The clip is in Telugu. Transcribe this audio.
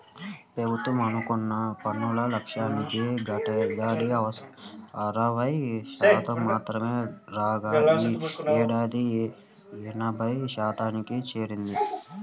ప్రభుత్వం అనుకున్న పన్నుల లక్ష్యానికి గతేడాది అరవై శాతం మాత్రమే రాగా ఈ యేడు ఎనభై శాతానికి చేరింది